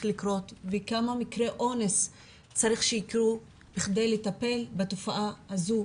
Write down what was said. לקרות וכמה מקרי אונס צריך שיקרו בכדי לטפל בתופעה הזו,